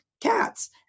cats